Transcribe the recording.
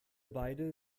beide